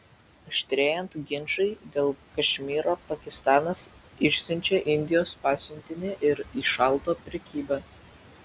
aštrėjant ginčui dėl kašmyro pakistanas išsiunčia indijos pasiuntinį ir įšaldo prekybą